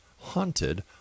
haunted